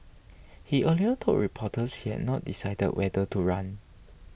he earlier told reporters he had not decided whether to run